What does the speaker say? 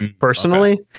personally